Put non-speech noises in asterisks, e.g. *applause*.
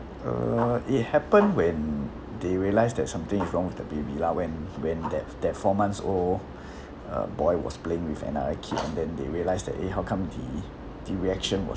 err it happened when they realised that something is wrong with the baby lah when when that that four months old *breath* uh boy was playing with another kid then they realised that eh how come the the reaction was